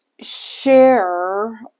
share